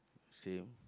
same